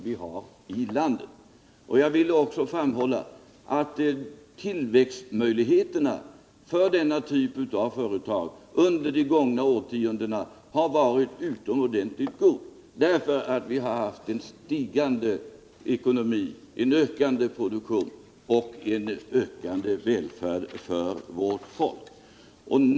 Jag ville också framhålla att tillväxtmöjligheterna för denna typ av företag under de gångna årtiondena har varit utomordentligt goda, därför att vi har haft en stigande ekonomi, en växande produktion och en ökande välfärd för vårt folk.